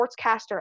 Sportscaster